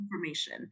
information